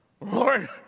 Lord